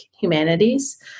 Humanities